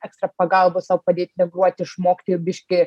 ekstra pagalbą sau padėti migruot išmokti biškį